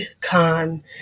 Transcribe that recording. Khan